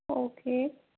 okay